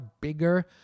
bigger